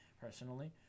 personally